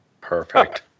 Perfect